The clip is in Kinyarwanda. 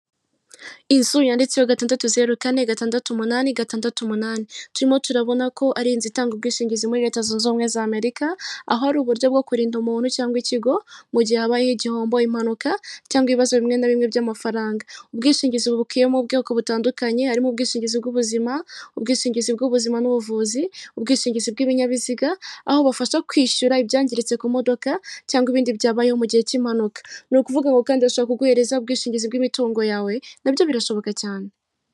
Inzu yanditseho gatandatu zeru kane gatandatu umunani gatandatu umunani turimo turabona ko ari inzu itanga ubwishingizi muri leta zunze ubumwe za Amerika, aho ari uburyo bwo kurinda umuntu cyangwa ikigo mu gihe habaye igihombo, impanuka cyangwa ibibazo bimwe na bimwe by'amafaranga, ubwishingizi bukubiyemo ubwoko butandukanye harimo ubwishingizi bw'ubuzima, ubwishingizi bw'ubuzima n'ubuvuzi, ubwishingizi bw'ibinyabiziga aho bafasha kwishyura ibyangiritse ku modoka cyangwa ibindi byabayeho mu gihe cy'impanuka ni ukuvuga ngo kandi ndashaka gukoresha ubwishingizi bw'imitungo yawe nabyo birashoboka cyane.